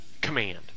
command